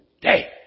day